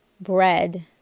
bread